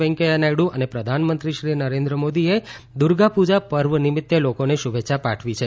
વેકૈયા નાયડુ અને પ્રધાનમંત્રી શ્રી નરેન્દ્ર મોદીએ દુર્ગાપુજા પર્વ નિમિત્તે લોકોને શુભે ચ્છા પાઠવી છે